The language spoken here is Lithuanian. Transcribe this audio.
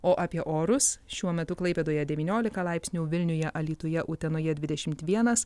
o apie orus šiuo metu klaipėdoje devyniolika laipsnių vilniuje alytuje utenoje dvidešimt vienas